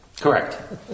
Correct